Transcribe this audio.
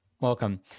Welcome